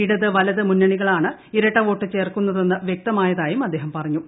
ഇടത് വലത് മുന്നണികളാണ് ഇരട്ടവോട്ട് ചേർക്കുന്നതെന്ന് വ്യക്തമായതായും അദ്ദേഹം പറഞ്ഞു